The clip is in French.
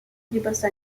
riposta